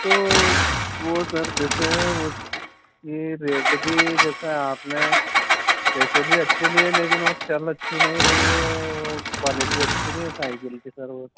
तो वह सर जैसे उस यह रेट भी जैसे आपने पैसे भी अच्छे लिए लेकिन वह चल अच्छी नहीं रही है वह क्वालिटी अच्छी नहीं है साइकिल की सर वह